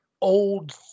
old